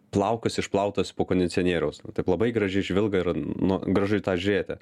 plaukas išplautas po kondicionieriaus taip labai gražiai žvilga ir nu gražu į tą žiūrėti